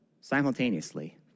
simultaneously